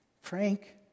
Frank